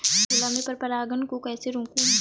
गुलाब में पर परागन को कैसे रोकुं?